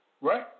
Right